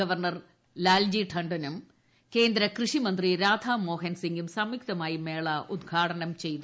governor Lalji ടണ്ടനും കേന്ദ്ര കൃഷി മന്ത്രി രാധാമോഹൻ സിംഗും സംയുക്തമായി മേള ഉദ്ഘാടനം ചെയ്യും